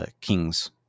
king's